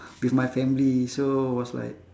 with my family so was like